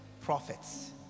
prophets